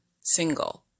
Single